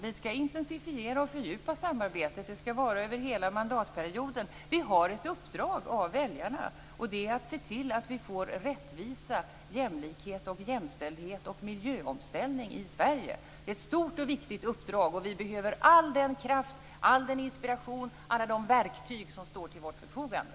Vi skall intensifiera och fördjupa samarbetet. Det skall vara över hela mandatperioden. Vi har ett uppdrag av väljarna, nämligen att se till att vi får rättvisa, jämlikhet, jämställdhet och miljöomställning i Sverige. Det är ett stort och viktigt uppdrag. Vi behöver all den kraft och inspiration och de verktyg som står till vårt förfogande.